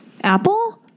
Apple